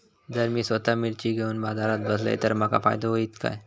जर मी स्वतः मिर्ची घेवून बाजारात बसलय तर माका फायदो होयत काय?